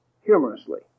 humorously